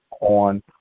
on